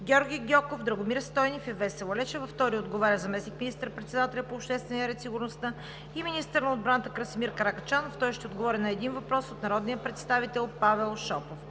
Георги Гьоков, Драгомир Стойнев и Весела Лечева. 2. Заместник министър-председателят по обществения ред и сигурността и министър на отбраната Красимир Каракачанов ще отговори на един въпрос от народния представител Павел Шопов.